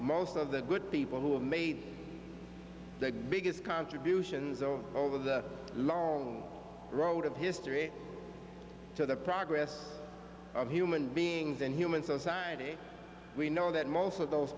most of the good people who have made the biggest contributions of over the long road of history to the progress of human beings and human society we know that most of those